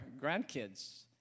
grandkids